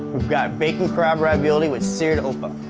we've got bacon crab ravioli with seared opah.